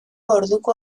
orduko